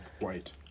White